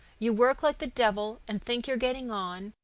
you work like the devil and think you're getting on,